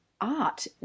art